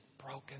broken